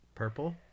purple